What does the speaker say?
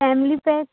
family pack